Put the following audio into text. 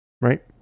right